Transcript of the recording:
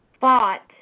fought